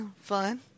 fun